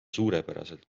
suurepäraselt